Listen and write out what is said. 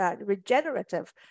regenerative